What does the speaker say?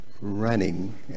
running